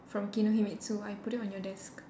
from kinohimitsu I put it on your desk